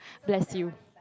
bless you